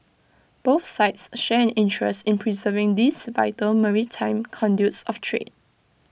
both sides share an interest in preserving these vital maritime conduits of trade